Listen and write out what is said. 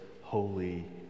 Holy